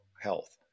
health